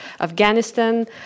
Afghanistan